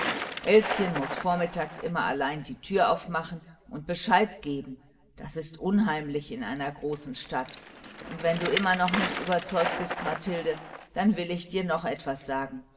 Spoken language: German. elschen muß vormittags immer allein die türe aufmachen und bescheid geben das ist unheimlich in einer großen stadt und wenn du immer noch nicht überzeugt bist mathilde dann will ich dir noch etwas sagen